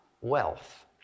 wealth